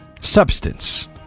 Substance